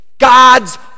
God's